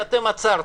ולמה לא עצרתם".